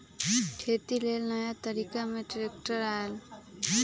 खेती लेल नया तरिका में ट्रैक्टर आयल